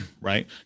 right